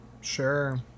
Sure